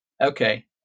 okay